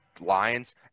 Lions